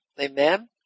Amen